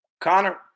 Connor